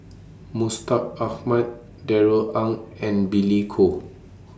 Mustaq Ahmad Darrell Ang and Billy Koh